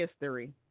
history